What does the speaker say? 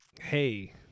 Hey